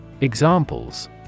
Examples